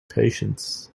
patience